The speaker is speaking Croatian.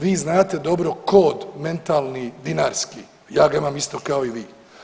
Vi znate dobro tko od mentalni dinarski, ja ga imam isto kao i vi.